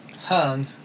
hung